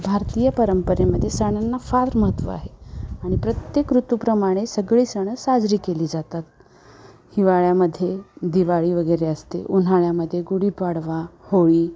भारतीय परंपरेमध्ये सणांना फार महत्त्व आहे आणि प्रत्येक ऋतूप्रमाणे सगळे सण साजरी केली जातात हिवाळ्यामध्ये दिवाळी वगैरे असते उन्हाळ्यामध्ये गुढीपाडवा होळी